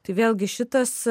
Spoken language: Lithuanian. tai vėlgi šitas